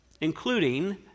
including